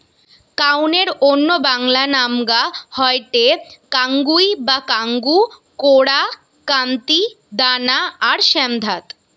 কাউনের অন্য বাংলা নামগা হয়ঠে কাঙ্গুই বা কাঙ্গু, কোরা, কান্তি, দানা আর শ্যামধাত